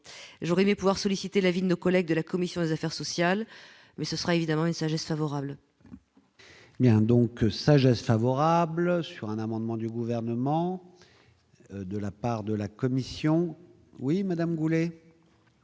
j'aurais aimé pouvoir solliciter l'avis de nos collègues de la commission des affaires sociales, mais ce sera évidemment une sagesse favorable. Bien donc sagesse favorable sur un amendement du gouvernement de la part de la Commission, oui Madame Goulet.